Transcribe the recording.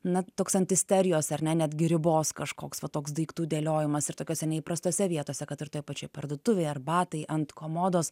na toks ant isterijos ar ne netgi ribos kažkoks va toks daiktų dėliojimas ir tokiose neįprastose vietose kad ir toj pačioj parduotuvėje ar batai ant komodos